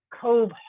cove